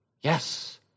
Yes